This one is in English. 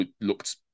looked